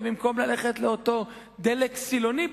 ובמקום ללכת לאותו דלק סילוני,